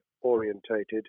orientated